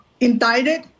indicted